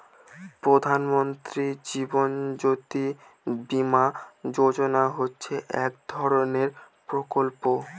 প্রধান মন্ত্রী জীবন জ্যোতি বীমা যোজনা হচ্ছে এক ধরনের প্রকল্প